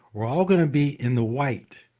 we're all gonna be in the white.